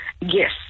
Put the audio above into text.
Yes